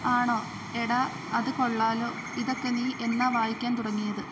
ആണോ എടാ അത് കൊള്ളാലോ ഇതൊക്കെ നീ എന്നാ വായിക്കാൻ തുടങ്ങിയത്